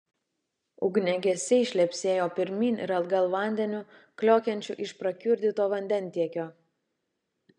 ugniagesiai šlepsėjo pirmyn ir atgal vandeniu kliokiančiu iš prakiurdyto vandentiekio